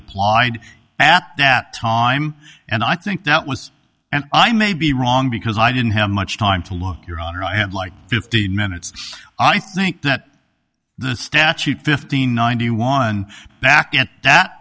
applied at that time and i think that was and i may be wrong because i didn't have much time to look your honor i had like fifteen minutes i think that the statute fifteen ninety one back at that